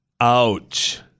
ouch